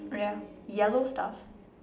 oh ya yellow stuff